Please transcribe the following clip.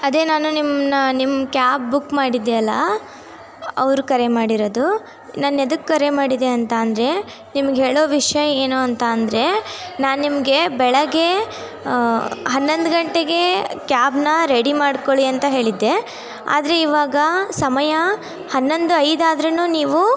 ಅದೇ ನಾನು ನಿಮ್ಮನ್ನ ನಿಮ್ಮ ಕ್ಯಾಬ್ ಬುಕ್ ಮಾಡಿದ್ದೆ ಅಲ್ಲ ಅವರು ಕರೆ ಮಾಡಿರೋದು ನಾನು ಎದಕ್ಕೆ ಕರೆ ಮಾಡಿದೆ ಅಂತ ಅಂದರೆ ನಿಮ್ಗೆ ಹೇಳೋ ವಿಷಯ ಏನು ಅಂತ ಅಂದರೆ ನಾನು ನಿಮಗೆ ಬೆಳಗ್ಗೆ ಹನ್ನೊಂದು ಗಂಟೆಗೆ ಕ್ಯಾಬನ್ನ ರೆಡಿ ಮಾಡ್ಕೊಳ್ಳಿ ಅಂತ ಹೇಳಿದ್ದೆ ಆದರೆ ಇವಾಗ ಸಮಯ ಹನ್ನೊಂದು ಐದು ಆದರೂನು ನೀವು